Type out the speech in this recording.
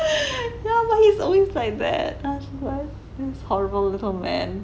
yeah but he's always like that horrible little man